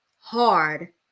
hard